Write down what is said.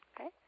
Okay